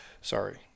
Sorry